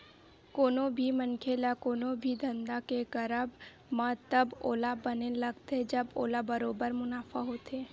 कोनो भी मनखे ल कोनो भी धंधा के करब म तब ओला बने लगथे जब ओला बरोबर मुनाफा होथे